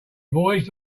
voyaged